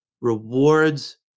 rewards